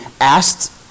asked